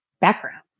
background